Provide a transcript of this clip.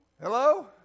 Hello